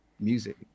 music